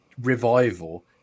revival